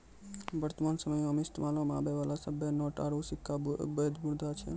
वर्तमान समयो मे इस्तेमालो मे आबै बाला सभ्भे नोट आरू सिक्का बैध मुद्रा छै